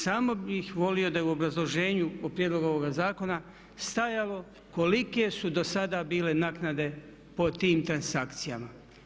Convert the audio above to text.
Samo bi volio da je u obrazloženju o prijedlogu ovoga zakona stajalo kolike su dosada bile naknade po tim transakcijama.